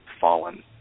fallen